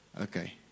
Okay